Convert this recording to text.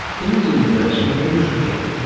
in the universe you have entropy.